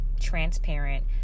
transparent